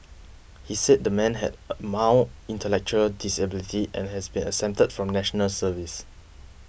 he said the man has a mild intellectual disability and has been exempted from National Service